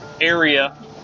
area